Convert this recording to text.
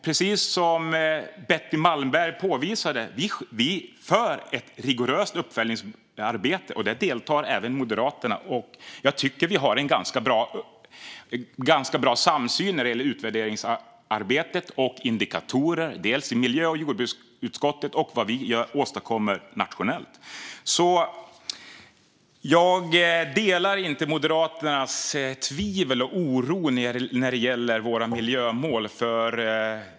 Precis som Betty Malmberg påpekade bedriver vi också ett rigoröst uppföljningsarbete, där även Moderaterna deltar. Jag tycker att vi har en ganska stor samsyn när det gäller utredningsarbete och indikatorer, både i miljö och jordbruksutskottet och när det gäller det vi åstadkommer nationellt. Jag delar alltså inte Moderaternas tvivel och oro när det gäller våra miljömål.